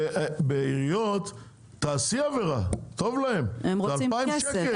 בעיריות, תעשי עבירה, זה טוב להם, 2,000 שקל.